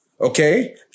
okay